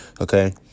okay